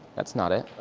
that's not it.